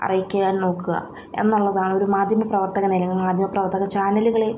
അറിയിക്കാൻ നോക്കുക എന്നുള്ളതാണ് ഒരു മാധ്യമ പ്രവർത്തകനെന്ന നിലയിൽ അല്ലെങ്കിൽ മാധ്യമ പ്രവർത്തക ചാനലുകളെ